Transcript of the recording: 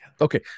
Okay